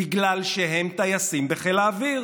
בגלל שהם טייסים בחיל האוויר,